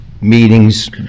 meetings